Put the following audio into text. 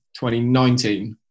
2019